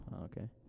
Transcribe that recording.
Okay